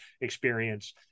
experience